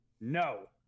No